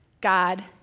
God